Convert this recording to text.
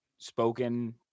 spoken